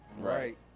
Right